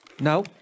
No